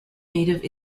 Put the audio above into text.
native